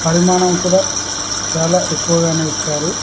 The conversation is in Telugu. పరిమాణం కూడా చాలా ఎక్కువగానే ఇచ్చారు